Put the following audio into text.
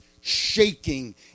shaking